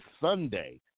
Sunday